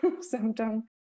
symptom